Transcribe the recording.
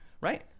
Right